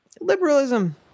liberalism